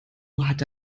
hatte